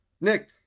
Nick